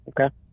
Okay